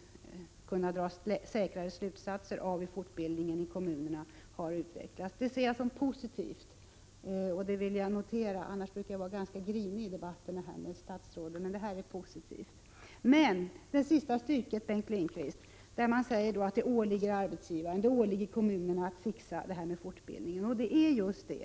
budningsbi a es é draget för barnomkunna dra närmare slutsatser om hur fortbildningen i kommunerna har sorgspersonal utvecklats. Detta ser jag som positivt, och det vill jag notera — annars brukar jag vara ganska grinig i debatterna med statsrådet. Bengt Lindqvist säger i sista stycket i interpellationssvaret att det åligger arbetsgivarna, kommunerna, att ordna fortbildningen. Men det går inte, Bengt